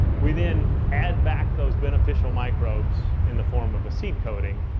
we then add back those beneficial microbes in the form of a seed coating,